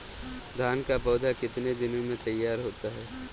धान का पौधा कितने दिनों में तैयार होता है?